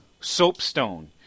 soapstone